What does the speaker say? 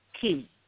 key